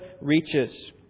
reaches